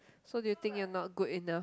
so do you think your not good enough